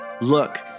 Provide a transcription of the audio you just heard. Look